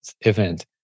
event